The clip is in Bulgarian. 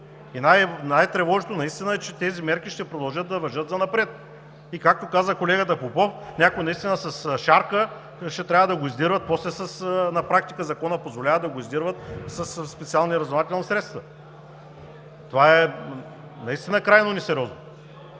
И най-тревожното наистина е, че тези мерки ще продължат да важат занапред. И както каза колегата Попов, някой с шарка ще трябва да го издирват после – на практика Законът позволява да го издирват със специални разузнавателни средства. Това е крайно несериозно.